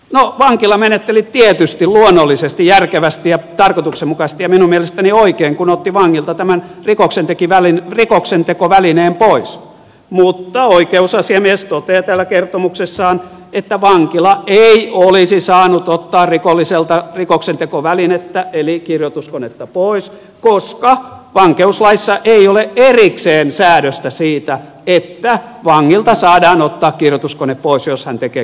no vankila menetteli tietysti luonnollisesti järkevästi ja tarkoituksenmukaisesti ja minun mielestäni oikein kun otti vangilta tämän rikoksentekovälineen pois mutta oikeusasiamies toteaa täällä kertomuksessaan että vankila ei olisi saanut ottaa rikolliselta rikoksentekovälinettä eli kirjoituskonetta pois koska vankeuslaissa ei ole erikseen säädöstä siitä että vangilta saadaan ottaa kirjoituskone pois jos hän tekee kirjoituskoneella rikoksia